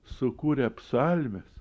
sukūrė psalmes